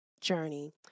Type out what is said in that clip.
journey